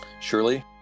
Surely